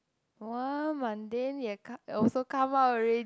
!wah! Monday need to come out~ also come out already